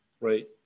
right